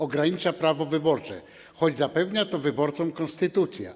Ogranicza prawo wyborcze, choć zapewnia to wyborcom konstytucja.